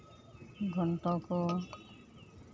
ᱜᱷᱚᱱᱴᱚ ᱠᱚ